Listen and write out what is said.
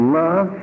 love